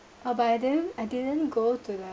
oh but I didn't I didn't go to like